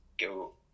go